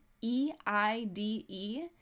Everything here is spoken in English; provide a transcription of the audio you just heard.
E-I-D-E